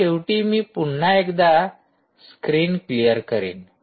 आता शेवटी मी पुन्हा एकदा स्क्रीन क्लिअर करीन